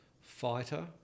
fighter